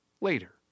later